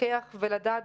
לפקח ולדעת.